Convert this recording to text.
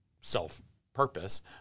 self-purpose